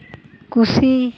ᱠᱩᱥᱤ